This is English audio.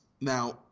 Now